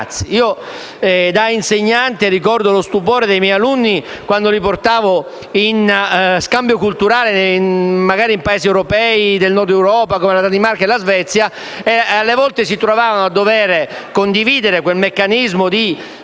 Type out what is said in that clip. Io da insegnante ricordo lo stupore dei miei alunni, quando li portavo in scambio culturale, magari in Paesi del Nord Europa come la Danimarca e la Svezia, e alle volte si trovavano a dovere condividere l'esperienza del dormire